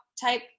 type